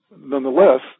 Nonetheless